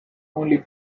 only